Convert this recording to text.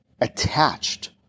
attached